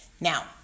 Now